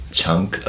chunk